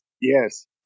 Yes